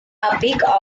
peak